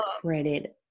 credit